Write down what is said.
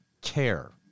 care